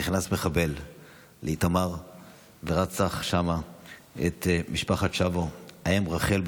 נכנס מחבל לאיתמר ורצח שם את משפחת שבו: האם רחל,